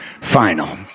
final